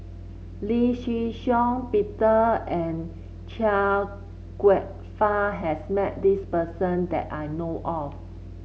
Lee Shih Shiong Peter and Chia Kwek Fah has met this person that I know of